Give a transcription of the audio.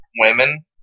women